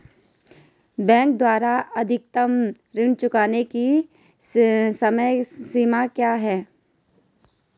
Bank द्वारा अधिकतम ऋण चुकाने की समय सीमा क्या है?